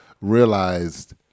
realized